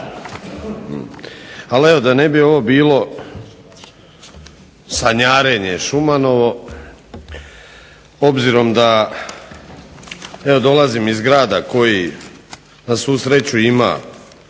Ali evo da ne bi ovo bilo sanjarenje šumanovo, obzirom da dolazim iz grada koji na svu sreću ima